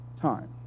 time